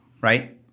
right